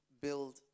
build